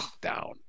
down